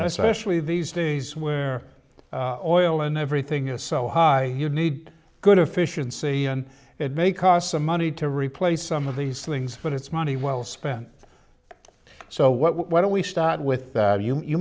especially these days where oil and everything is so high you need good efficiency and it may cost some money to replace some of these things but it's money well spent so what why don't we start with that you